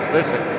Listen